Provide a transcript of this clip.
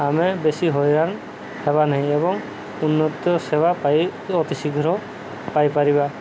ଆମେ ବେଶୀ ହଇରାଣ ହେବା ନାହିଁ ଏବଂ ଉନ୍ନତ ସେବା ପାଇ ଅତିଶୀଘ୍ର ପାଇପାରିବା